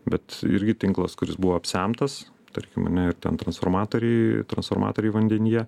bet irgi tinklas kuris buvo apsemtas tarkim ane ir ten transformatoriai transformatoriai vandenyje